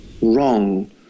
wrong